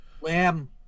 Lamb